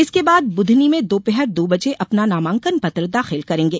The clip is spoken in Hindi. इसके बाद बुधनी में दोपहर दो बजे अपना नामांकन पत्र दाखिल करेंगे